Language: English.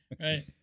Right